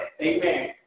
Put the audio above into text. amen